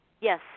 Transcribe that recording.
yes